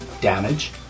damage